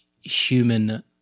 human